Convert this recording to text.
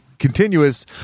continuous